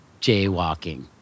jaywalking